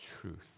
truth